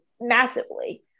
massively